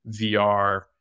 VR